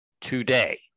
Today